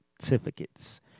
certificates